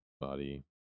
body